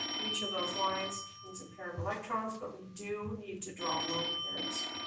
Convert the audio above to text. each of those lines is a pair of electrons, but we do need to draw lone pairs.